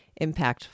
impactful